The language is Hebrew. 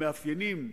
המאפיינים,